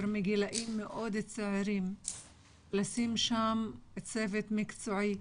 מגילאים מאוד צעירים יושם צוות מקצועי.